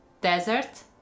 desert